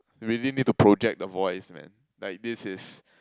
really need to project the voice man like this is